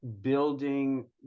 building